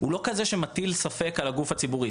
הוא לא כזה שמטיל ספק בגוף הציבורי.